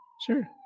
Sure